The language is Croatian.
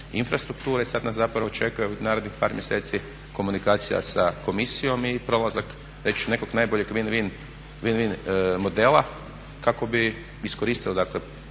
infrastrukture. I sad nas zapravo čekaju narednih par mjeseci komunikacija sa Komisijom i prolazak već nekog najboljeg win win – win modela kako bi iskoristio, dakle